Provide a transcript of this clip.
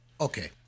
Okay